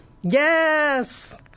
Yes